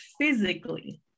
physically